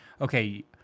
okay